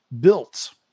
built